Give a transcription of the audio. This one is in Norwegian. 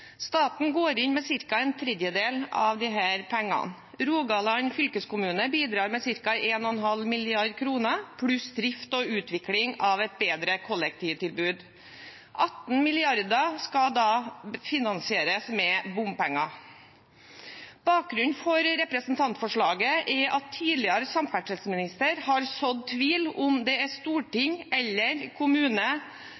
Staten går inn med ca. en tredjedel av disse pengene. Rogaland fylkeskommune bidrar med ca. 1,5 mrd. kr pluss drift og utvikling av et bedre kollektivtilbud. 18 mrd. kr skal da finansieres med bompenger. Bakgrunnen for representantforslaget er at tidligere samferdselsminister har sådd tvil om det er